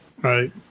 Right